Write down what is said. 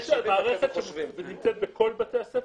יש מערכת שנמצאת בכל בתי הספר,